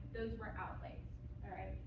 those were outlays. all right?